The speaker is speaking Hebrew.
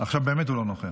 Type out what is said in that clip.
עכשיו הוא באמת לא נוכח.